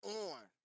on